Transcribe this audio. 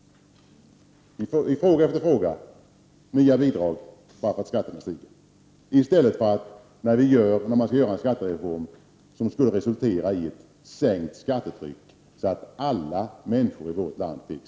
På område efter område införs nya bidrag bara därför att skatterna stiger. Skattereformen skulle ju i stället resultera i ett sänkt skattetryck för alla människor i vårt land.